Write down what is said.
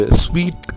sweet